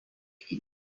minute